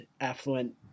affluent